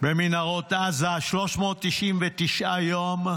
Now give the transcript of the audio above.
במנהרות עזה, 399 יום,